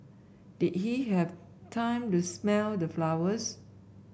did he have time to smell the flowers